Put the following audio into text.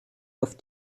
auf